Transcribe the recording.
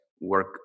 work